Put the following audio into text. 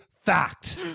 fact